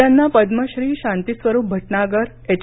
त्यांना पद्मश्री शांतिस्वरूपभटनागर एच